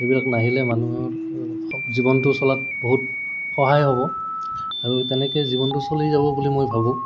এইবিলাক নাহিলে মানুহৰ জীৱনটো চলাত বহুত সহায় হ'ব আৰু তেনেকে জীৱনটো চলি যাব বুলি মই ভাবোঁ